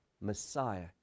Messiah